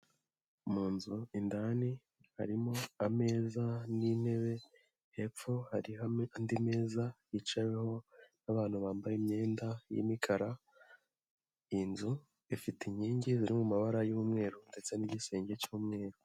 Mu nzu indani harimo ameza n'intebe hepfo hari andi meza yicaweho n'abantu bambaye imyenda y'imikara. Inzu ifite inkingi ziri mu mabara y'umweru ndetse n'igisenge cy'umweru.